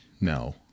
No